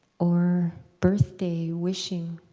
or birthday wishing,